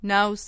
Now